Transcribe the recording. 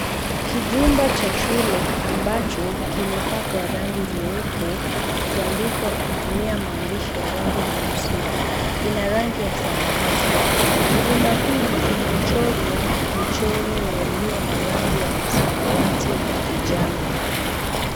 Kijumba cha shule ambacho kimepakwa rangi nyeupe na kuandikwa kutumia maandishi ya rangi nyeusi ina rangi ya samawati. Kijumba hii imechorwa michoro iliyo na rangi ya samawati na kijani.